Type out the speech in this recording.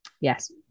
Yes